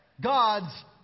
God's